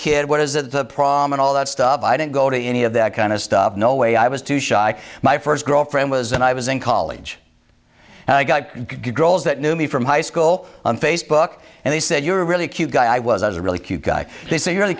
kid what is that the prom and all that stuff i don't go to any of that kind of stuff no way i was too shy my first girlfriend was and i was in college and i got girls that knew me from high school on facebook and they said you're really cute guy i was a really cute guy they say you're the